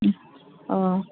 अ